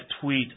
tweet